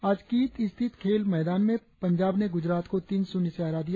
आज कियीत स्थित खेल मैदान में पंजाब ने गुजरात को तीन शून्य से हरा दिया